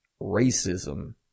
racism